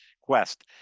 Quest